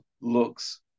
looks